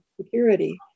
security